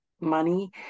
money